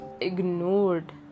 ignored